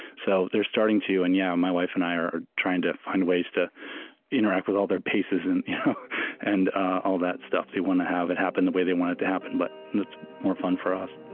so they're starting to, and yeah, my wife and i are are trying to find ways to interact with all their paces and and all that stuff they want to have it happen the way they want it to happen, but and it's more fun for us